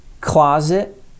closet